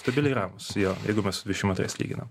stabiliai ramūs jo jeigu mes su dvidešimt antrais lyginam